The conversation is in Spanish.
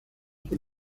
por